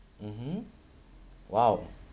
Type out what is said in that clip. mmhmm !wow!